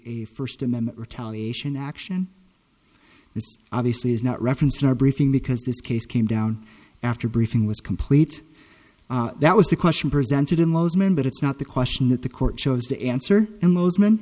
a first amendment retaliation action this obviously is not referenced in our briefing because this case came down after briefing was complete that was the question presented in los men but it's not the question that the court chose to answer and those men